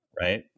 right